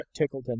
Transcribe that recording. Tickleton